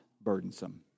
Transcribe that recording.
burdensome